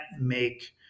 make